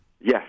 Yes